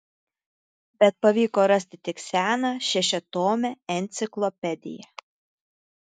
bet pavyko rasti tik seną šešiatomę enciklopediją